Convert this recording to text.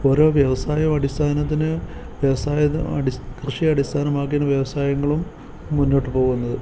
ഒരോ വ്യവസായം അടിസ്ഥാനത്തിന് വ്യവസായം കൃഷി അടിസ്ഥാനമാക്കിയാണ് വ്യവസായങ്ങളും മുന്നോട്ട് പോകുന്നത്